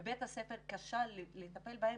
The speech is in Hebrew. אבל בית הספר כשל בלטפל בהם,